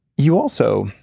you also,